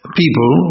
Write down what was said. people